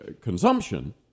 consumption